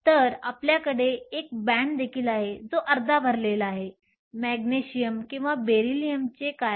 तर आपल्याकडे एक बँड देखील आहे जो अर्धा भरलेला आहे मॅग्नेशियम किंवा बेरीलियमचे काय